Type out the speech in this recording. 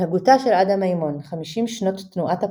מהגותה של עדה מימון חמישים שנות תנועת הפועלות,